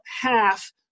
half